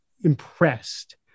impressed